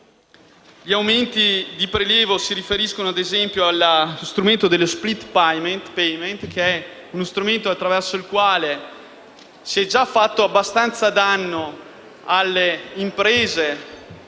Gli aumenti di prelievo si riferiscono ad esempio allo strumento dello *split payment*, attraverso il quale si è già fatto abbastanza danno alle imprese